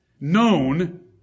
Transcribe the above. Known